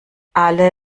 alle